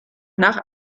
nach